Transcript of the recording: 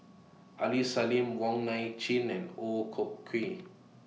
Aini Salim Wong Nai Chin and Ooi Kok Chuen